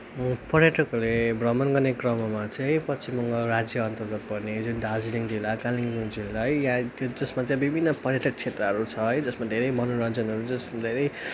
पर्यटकले भ्रमण गर्ने क्रममा चाहिँ पश्चिम बङ्गाल राज्यअन्तर्गत पर्ने जुन दार्जिलिङ जिल्ला कालिम्पोङ जिल्ला है यहाँ जसमा चाहिँ विभिन्न पर्यटक क्षेत्रहरू छ है जसमा धेरै मनोरञ्जनहरू छ जसमा धेरै